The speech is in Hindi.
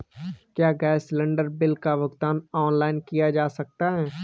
क्या गैस सिलेंडर बिल का भुगतान ऑनलाइन किया जा सकता है?